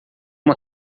uma